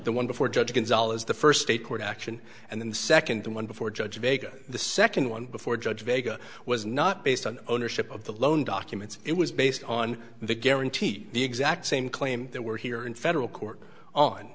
the one before judge gonzalez the first state court action and then the second one before judge baker the second one before judge vega was not based on ownership of the loan documents it was based on the guarantee the exact same claim there were here in federal court on and